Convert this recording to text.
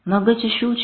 મગજ શું છે